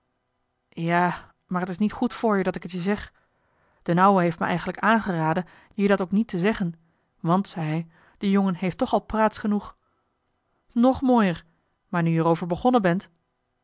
ja maar t is niet goed voor je dat ik t je zeg d'n ouwe heeft me eigenlijk aangeraden je dat ook niet te zeggen want zei hij de jongen heeft toch al praats genoeg nog mooier maar nu je er over begonnen bent